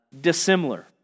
dissimilar